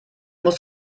musst